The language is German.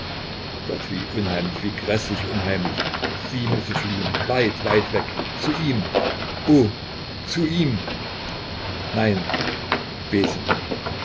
gott wie unheimlich wie gräßlich unheimlich sie müsse fliehen weit weit weg zu ihm oh zu ihm nein beten